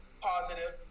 positive